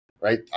right